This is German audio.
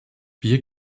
wir